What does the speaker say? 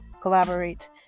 collaborate